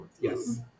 Yes